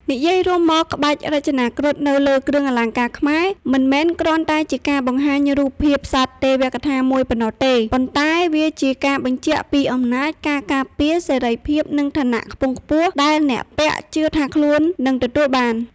និយាយរួមមក ក្បាច់រចនាគ្រុឌនៅលើគ្រឿងអលង្ការខ្មែរ មិនមែនគ្រាន់តែជាការបង្ហាញរូបភាពសត្វទេវកថាមួយប៉ុណ្ណោះទេ ប៉ុន្តែវាជាការបញ្ជាក់ពី អំណាច ការការពារ សេរីភាព និង ឋានៈខ្ពង់ខ្ពស់ ដែលអ្នកពាក់ជឿថាខ្លួននឹងទទួលបាន។